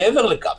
מעבר לכך,